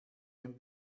dem